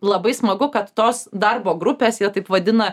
labai smagu kad tos darbo grupės jie taip vadina